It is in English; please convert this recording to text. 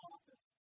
Office